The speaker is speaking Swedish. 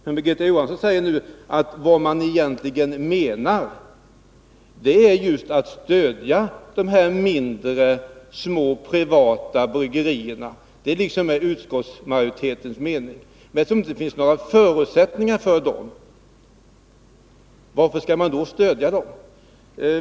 Men Birgitta Johansson säger nu att vad man egentligen menar är att stödja de mindre, privata bryggerierna. Det är liksom majoritetens mening. Men eftersom det inte finns några förutsättningar för dem, varför skall man då stödja dem?